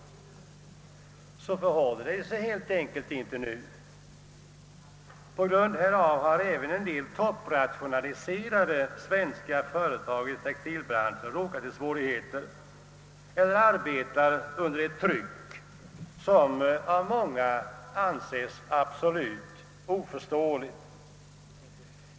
Så förhåller det sig inte nu, och på grund härav har även en del topprationaliserade svenska företag i textilbranschen råkat i svårigheter eller arbetar under ett tryck, som av många anses absolut oförståeligt.